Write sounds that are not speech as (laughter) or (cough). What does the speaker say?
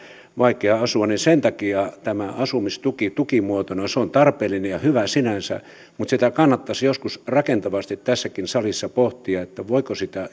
vaikea asua sen takia tämä asumistuki tukimuotona on tarpeellinen ja hyvä sinänsä mutta kannattaisi joskus rakentavasti tässäkin salissa pohtia sitä voiko sitä (unintelligible)